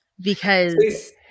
because-